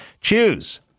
Choose